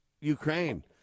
Ukraine